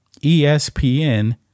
ESPN